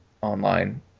online